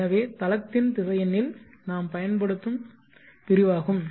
எனவே தளத்தின் திசையனில் நாம் பயன்படுத்தும் பிரிவாகும்